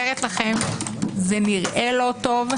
זה נראה לא טוב,